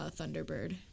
Thunderbird